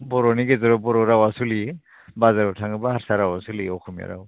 बर'नि गेजेराव बर' रावआ सोलियो बाजाराव थाङोबा हारसा रावआ सोलियो अस'मिया राव